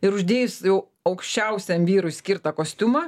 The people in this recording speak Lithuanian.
ir uždėjus jau aukščiausiam vyrui skirtą kostiumą